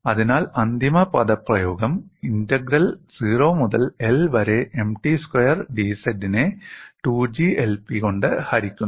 അതിനാൽ അന്തിമ പദപ്രയോഗം ഇന്റഗ്രൽ 0 മുതൽ L വരെ Mt സ്ക്വയർ dz നെ 2GIp' കൊണ്ട് ഹരിക്കുന്നു